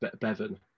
Bevan